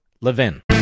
LEVIN